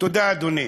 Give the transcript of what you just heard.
תודה, אדוני.